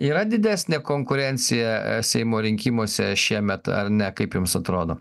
yra didesnė konkurencija seimo rinkimuose šiemet ar ne kaip jums atrodo